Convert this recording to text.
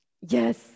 yes